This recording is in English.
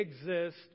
exist